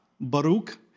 baruch